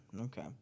okay